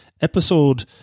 episode